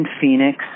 Phoenix